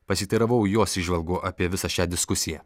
pasiteiravau jos įžvalgų apie visą šią diskusiją